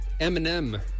Eminem